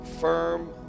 firm